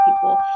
people